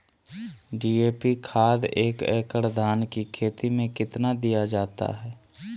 DAP खाद एक एकड़ धान की खेती में कितना दीया जाता है?